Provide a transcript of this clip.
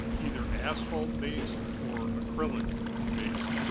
either asphalt based or acrylic based,